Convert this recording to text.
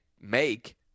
make